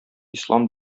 ислам